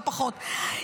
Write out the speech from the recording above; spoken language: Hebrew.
לא פחות.